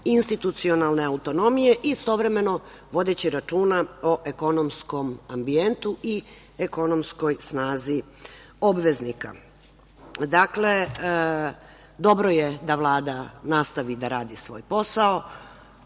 institucionalne autonomije, istovremeno vodeći računa o ekonomskom ambijentu i ekonomskoj snazi obveznika. Dakle, dobro je da Vlada nastavi da radi svoj posao.